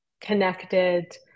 connected